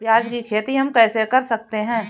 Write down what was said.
प्याज की खेती हम कैसे कर सकते हैं?